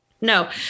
No